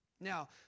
Now